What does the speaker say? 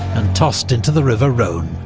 and tossed into the river rhone.